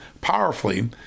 powerfully